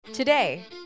Today